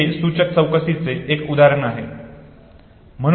हे सूचक चौकशीचे एक उदाहरण आहे